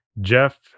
Jeff